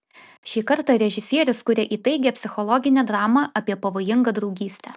šį kartą režisierius kuria įtaigią psichologinę dramą apie pavojingą draugystę